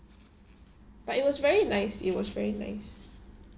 but it was very nice it was very nice